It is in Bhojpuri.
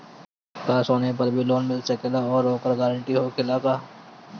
का सोना पर भी लोन मिल सकेला आउरी ओकर गारेंटी होखेला का?